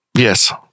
Yes